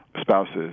spouses